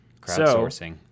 Crowdsourcing